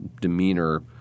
demeanor